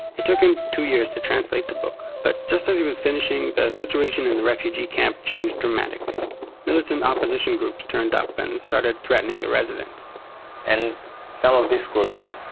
it took him two years to translate the book but just as he was finishing, the situation in the refugee camp changed dramatically militant opposition groups turned up, and started threatening the residents and some of these